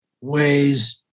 ways